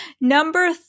Number